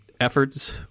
efforts